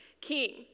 king